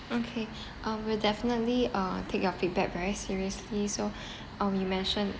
okay um we'll definitely uh take your feedback very seriously so um you mention